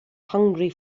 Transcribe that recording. hungry